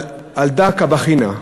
אבל על דא קא בכינא,